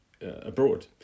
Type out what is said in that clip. abroad